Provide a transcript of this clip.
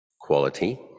quality